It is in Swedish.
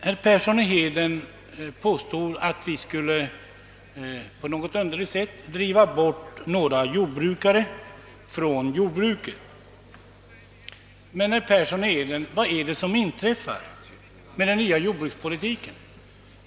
Herr Persson i Heden påstod att vi på ett något underligt sätt skulle driva bort människor från jordbruken. Vad är det som inträffar med den nya jordbrukspolitiken?